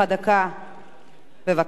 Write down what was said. כדי להסביר את העניין.